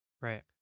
Right